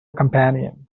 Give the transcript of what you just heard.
companions